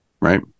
right